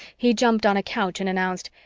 he jumped on a couch and announced,